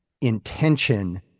intention